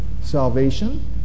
salvation